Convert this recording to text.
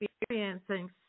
experiencing